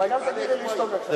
אבל אל תגיד לי לשתוק עכשיו.